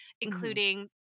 including